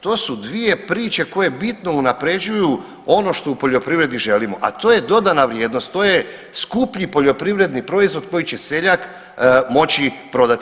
To su dvije priče koje bitno unapređuju ono što u poljoprivredi želimo, a to je dodana vrijednost, skuplji poljoprivredni proizvod koji će seljak moći prodati.